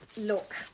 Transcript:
look